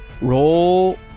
Roll